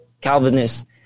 Calvinist